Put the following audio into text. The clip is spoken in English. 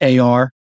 AR